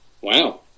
Wow